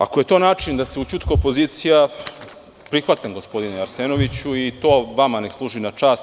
Ako je to način da se ućutka opozicija, prihvatam gospodine Arsenoviću i to vama neka služi na čast.